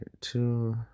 two